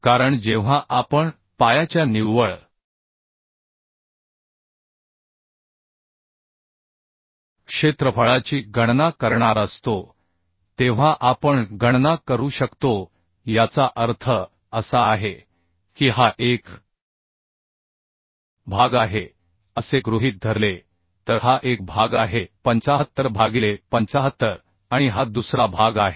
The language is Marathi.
कारण जेव्हा आपण पायाच्या निव्वळ क्षेत्रफळाची गणना करणार असतो तेव्हा आपण गणना करू शकतो याचा अर्थ असा आहे की हा एक भाग आहे असे गृहीत धरले तर हा एक भाग आहे 75 भागिले 75 आणि हा दुसरा भाग आहे